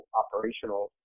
operational